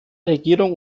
regierung